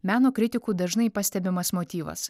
meno kritikų dažnai pastebimas motyvas